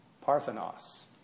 parthenos